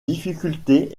difficulté